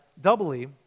doubly